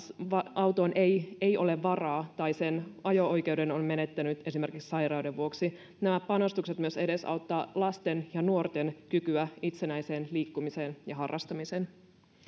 autoon ei ei ole varaa tai sen ajo oikeuden on menettänyt esimerkiksi sairauden vuoksi nämä panostukset myös edesauttavat lasten ja nuorten kykyä itsenäiseen liikkumiseen ja harrastamiseen